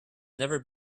never